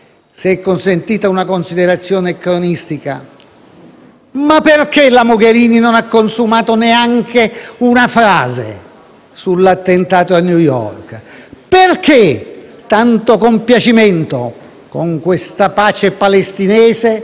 Perché tanto compiacimento con questa pace palestinese, che ormai - lo sappiamo tutti - significa con Hamas? Perché si è dimenticata - e vuole che l'Europa dimentichi - che tanto Hamas quanto Hezbollah